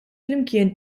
flimkien